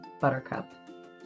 Buttercup